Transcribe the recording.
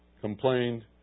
complained